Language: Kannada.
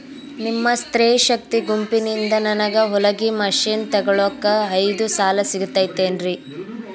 ನಿಮ್ಮ ಸ್ತ್ರೇ ಶಕ್ತಿ ಗುಂಪಿನಿಂದ ನನಗ ಹೊಲಗಿ ಮಷೇನ್ ತೊಗೋಳಾಕ್ ಐದು ಸಾಲ ಸಿಗತೈತೇನ್ರಿ?